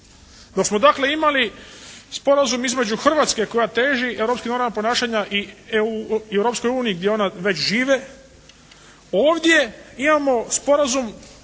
dok smo dakle imali sporazum između Hrvatske koja teži europskim normama ponašanja i Europskoj uniji gdje ona već žive, ovdje imamo sporazum